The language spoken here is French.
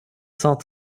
cent